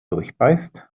durchbeißt